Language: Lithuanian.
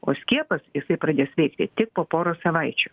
o skiepas jisai pradės veikti tik po poros savaičių